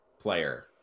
player